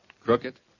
Crooked